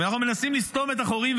ואנחנו מנסים לסתום את החורים,